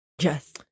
Yes